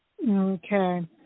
Okay